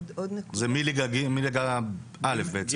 זה מליגה א' בעצם.